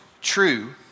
true